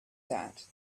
that